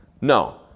No